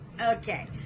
Okay